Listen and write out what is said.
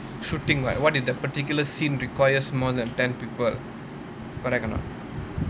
shooting right what if the particular scene requires more than ten people correct or not